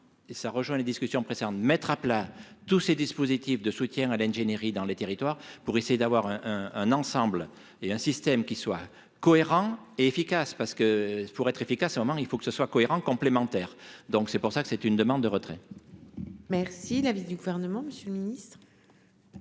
et ça rejoint les discussions préfère mettre à plat tous ces dispositifs de soutien à l'ingénierie dans les territoires pour essayer d'avoir un un un ensemble et un système qui soit cohérent et efficace parce que pour être efficace, moment il faut que ce soit cohérent complémentaires, donc c'est pour ça que c'est une demande de retrait. Merci la du gouvernement Monsieur le Ministre.